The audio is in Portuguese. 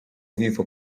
vivo